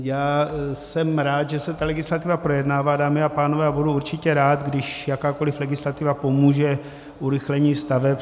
Já jsem rád, že se ta legislativa projednává, dámy a pánové, a budu určitě rád, když jakákoliv legislativa pomůže urychlení staveb.